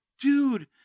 dude